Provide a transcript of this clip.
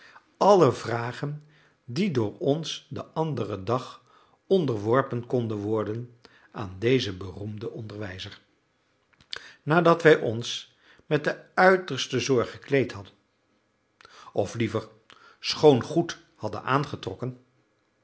alle vragen die door ons den anderen dag onderworpen konden worden aan dezen beroemden onderwijzer nadat wij ons met de uiterste zorg gekleed hadden of liever schoon goed hadden aangetrokken